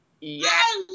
yes